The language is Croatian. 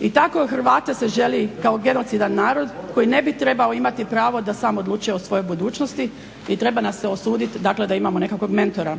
I tako Hrvate se želi kao genocidan narod koji ne bi trebao imati pravo da sam odlučuje o svojoj budućnosti i treba nas se osudit da imamo nekakvog mentora.